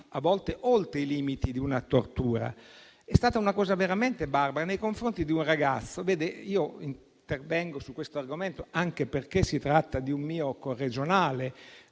a volte oltre i limiti della tortura. È stata una cosa veramente barbara da fare nei confronti di un ragazzo. Intervengo su questo argomento anche perché si tratta di un mio corregionale.